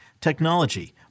technology